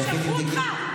מה, שלחו אותך?